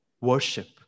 worship